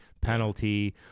penalty